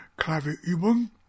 Klavierübung